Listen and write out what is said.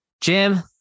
Jim